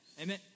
Amen